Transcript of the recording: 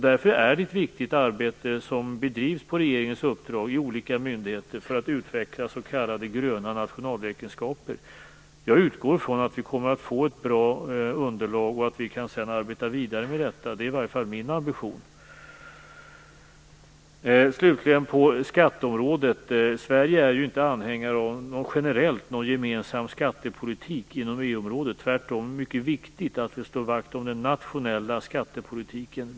Därför är det ett viktigt arbete som på regeringens uppdrag bedrivs hos olika myndigheter för att utveckla s.k. gröna nationalräkenskaper. Jag utgår från att vi kommer att få ett bra underlag och att vi sedan kan arbeta vidare med detta. Det är i varje fall min ambition. Slutligen kommer jag till skatteområdet. Sverige är generellt inte anhängare av en gemensam skattepolitik inom EU-området. Tvärtom är det mycket viktigt att vi slår vakt om den nationella skattepolitiken.